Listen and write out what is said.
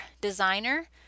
designer